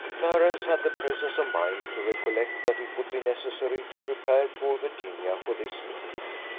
clarence had the presence of mind to recollect that it would be necessary to prepare poor virginia for this meeting,